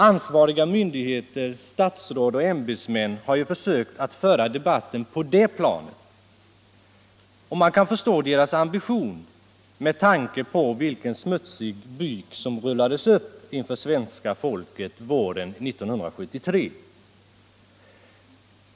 Ansvariga myndigheter, statsråd och ämbetsmän har ju försökt att föra debatten på det planet. Man kan förstå deras ambition med tanke på vilken smutsbyk som rullades upp inför svenska folket våren 1973.